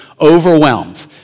overwhelmed